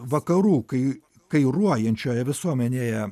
vakarų kai kairuojančioje visuomenėje